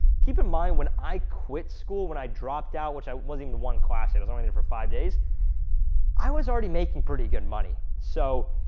keep in mind, when i quit school, when i dropped out which, i wasn't even in one class, i was only there for five days i was already making pretty good money so,